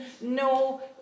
no